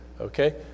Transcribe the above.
Okay